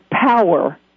power